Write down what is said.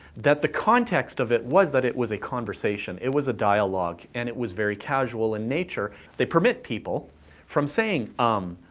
that the context of it was that it was a conversation. it was a dialogue. and it was very casual in nature that permit people from saying um,